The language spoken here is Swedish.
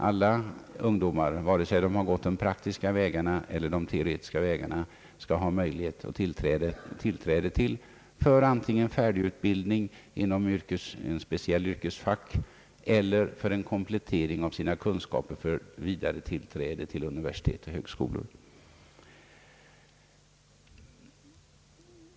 Alla ungdomar, vare sig de gått praktiska eller teoretiska vägar, skall ha tillträde till detta för antingen färdigutbildning inom ett speciellt yrkesfack eller komplettering av sina kunskaper i och för tillträde till universitet och högskolor.